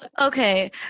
okay